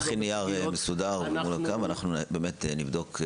תכין נייר מסודר ואנחנו באמת נבדוק.